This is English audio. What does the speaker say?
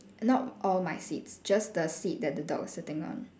not all my seats just the seat that the dog is sitting on